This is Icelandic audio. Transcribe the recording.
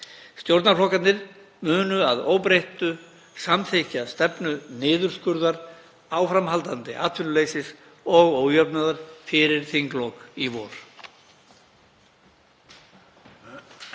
Stjórnarflokkarnir munu að óbreyttu samþykkja stefnu niðurskurðar, áframhaldandi atvinnuleysis og ójöfnuðar fyrir þinglok í vor.